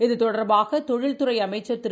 இதுதொடர்பாக தொழில்துறைஅமைச்சர் திரு